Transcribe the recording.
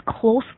closely